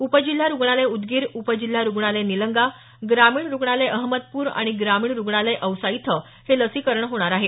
उपजिल्हा रुग्णालय उदगीर उपजिल्हा रुग्णालय निलंगा ग्रामीण रुग्णालय अहमदपूर आणि ग्रामीण रुग्णालय औसा इथं हे लसीकरण होणार आहे